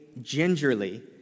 gingerly